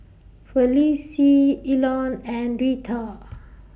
Felicie Elon and Rita